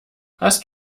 hast